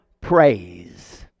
praise